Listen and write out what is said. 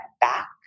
back